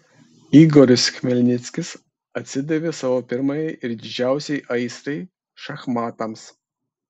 igoris chmelnickis atsidavė savo pirmajai ir didžiausiai aistrai šachmatams